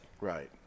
Right